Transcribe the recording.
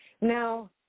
Now